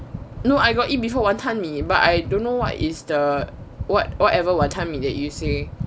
no I got eat before wanton mee but I don't know what is the what whatever wanton mee that you say